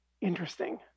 interesting